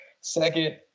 Second